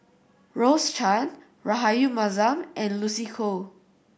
Rose Chan Rahayu Mahzam and Lucy Koh